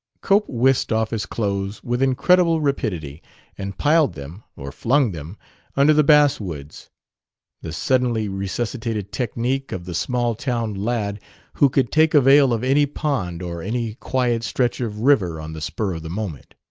cope whisked off his clothes with incredible rapidity and piled them or flung them under the basswoods the suddenly resuscitated technique of the small-town lad who could take avail of any pond or any quiet stretch of river on the spur of the moment.